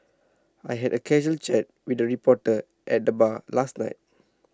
I had A casual chat with A reporter at the bar last night